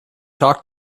talk